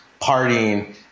partying